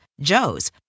Joe's